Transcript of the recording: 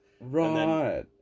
Right